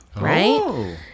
right